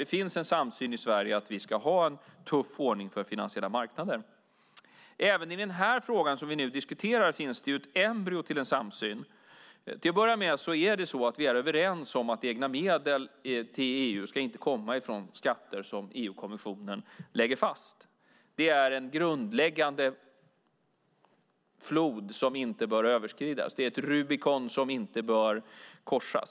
Det finns en samsyn i Sverige om att vi ska ha en tuff ordning för finansiella marknader. Även i den här frågan finns det ett embryo till samsyn. Vi är överens om att egna medel till EU inte ska komma från skatter som EU-kommissionen lägger fast. Det är en grundläggande flod som inte bör överskridas; det är en Rubicon som inte bör korsas.